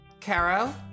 Caro